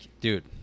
dude